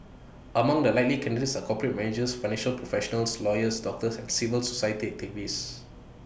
among the likely candidates are corporate managers finance professionals lawyers doctors and civil society activists